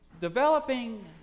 developing